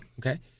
okay